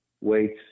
weights